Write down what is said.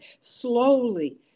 slowly